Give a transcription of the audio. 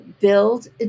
build